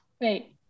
wait